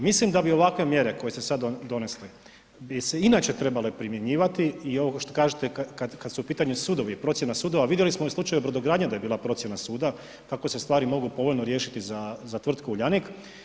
Mislim da bi ovakve mjere koje ste sad donesli bi se inače trebale primjenjivati i ovo što kažete kada su u pitanju sudovi, procjena sudova, vidjeli smo u slučaju brodogradnje da je bila procjena suda kako se stvari mogu povoljno riješiti za tvrtku Uljanik.